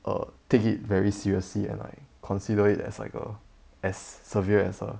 err take it very seriously and like consider it as like a as severe as a